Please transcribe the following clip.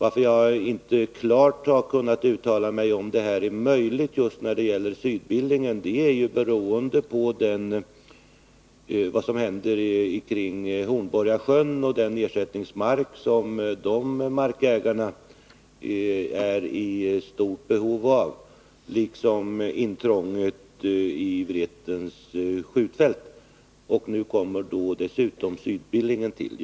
Att jag inte klart har kunnat uttala mig om huruvida detta förfarande är möjligt just när det gäller Sydbillingen beror på det som händer kring Hornborgasjön, där markägarna är i stort behov av ersättningsmark, och intrånget på Vretens skjutfält. Nu kommer dessutom Sydbillingen till.